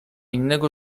innego